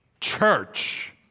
church